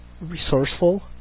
resourceful